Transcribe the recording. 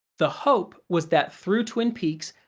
the hope was that, through twin peaks,